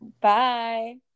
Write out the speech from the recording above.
Bye